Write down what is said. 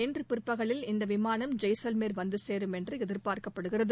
இன்று பிற்பகலில் இந்த விமானம் ஜெய்சால்மர் வந்து சேரும் என்று எதிபார்க்கப்படுகிறது